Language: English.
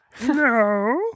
No